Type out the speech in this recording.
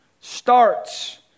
starts